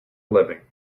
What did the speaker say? living